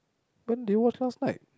when do you watch last night